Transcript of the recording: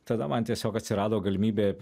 tada man tiesiog atsirado galimybė